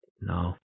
No